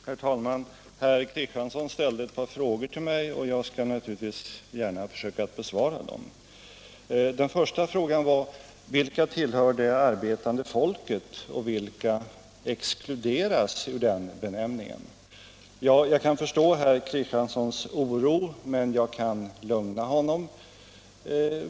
Herr talman! Herr Kristiansson ställde ett par frågor till mig som jag naturligtvis gärna skall försöka besvara. Den första frågan gällde vilka som tillhörde det arbetande folket och vilka som exkluderades ur den gruppen. Jag kan möjligen förstå herr Kristianssons oro. På en punkt kan jag lugna honom.